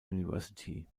university